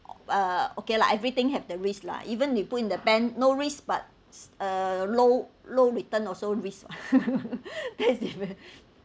uh okay lah everything have the risk lah even if you put in the bank no risk but uh low low return also risk that's different